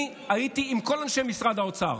אני הייתי עם כל אנשי משרד האוצר.